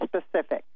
specific